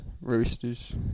Roosters